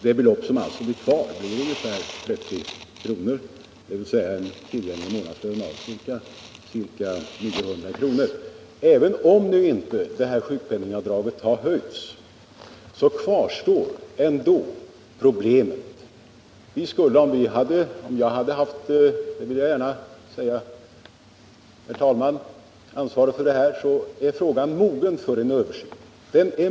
Det belopp som blir kvar är ungefär 30 kr., dvs. en tillgänglig månadslön på ca 900 kr. Problemet kvarstår, även om sjukpenningavdraget inte nu höjts. Även om jag hade haft ansvaret för det här — det vill jag gärna säga — skulle jag anse frågan mogen för en översyn.